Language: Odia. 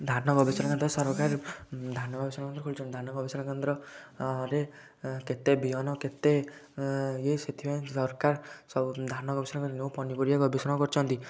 ଧାନ ଗବେଷଣା କେନ୍ଦ୍ର ସରକାର ଧାନ ଗବେଷଣା କେନ୍ଦ୍ର ଖୋଲିଛନ୍ତି ଧାନ ଗବେଷଣା କେନ୍ଦ୍ର ରେ କେତେ ବିହନ କେତେ ଇଏ ସେଥିପାଇଁ ସରକାର ସବୁ ଧାନ ଗବେଷଣାରେ ପନିପରିବା ଗବେଷଣା କରିଛନ୍ତି